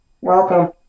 welcome